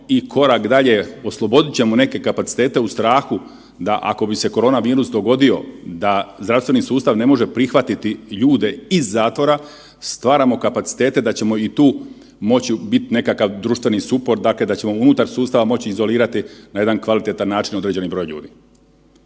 i korak dalje, oslobodit ćemo neke kapacitete u strahu da, ako bi se koronavirus dogodio, da zdravstveni sustav ne može prihvatiti ljude iz zatvora, stvaramo kapacitete da ćemo i tu moći biti nekakav društveni suport, dakle da ćemo unutar sustava moći izolirati na jedan kvalitetan način određeni broj ljudi.